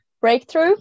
Breakthrough